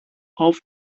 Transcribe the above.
auf